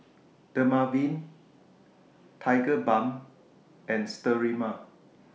Dermaveen Tigerbalm and Sterimar